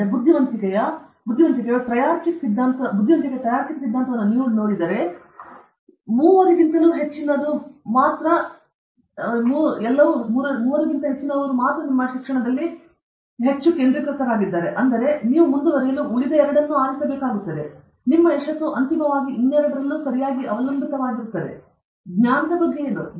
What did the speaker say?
ಆದರೆ ಬುದ್ಧಿವಂತಿಕೆಯ ಟ್ರೈರಾಜಿಕ್ ಸಿದ್ಧಾಂತವನ್ನು ನೀವು ನೋಡಿದರೆ ಮೂವರುಗಿಂತಲೂ ಹೆಚ್ಚಿನವರು ಮಾತ್ರ ನಿಮ್ಮ ಎಲ್ಲ ಜ್ಞಾನದ ಬಗ್ಗೆ ಏನು